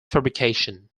fabrication